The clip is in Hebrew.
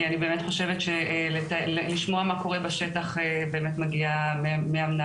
אני באמת חושבת שלשמוע מה קורה בשטח באמת מגיע מהמנהלים.